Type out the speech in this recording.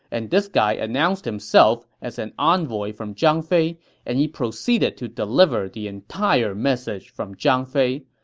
and this guy announced himself as an envoy from zhang fei and he proceeded to deliver the entire message from zhang fei,